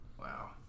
Wow